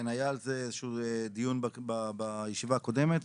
כן, היה על זה איזשהו דיון בישיבה הקודמת.